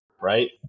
right